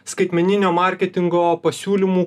skaitmeninio marketingo pasiūlymų